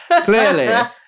Clearly